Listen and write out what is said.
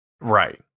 Right